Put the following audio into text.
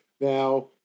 Now